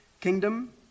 kingdom